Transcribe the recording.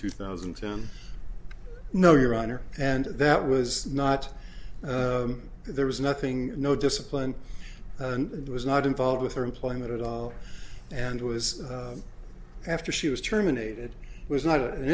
two thousand and ten no your honor and that was not there was nothing no discipline and was not involved with her employment at all and was after she was terminated was not an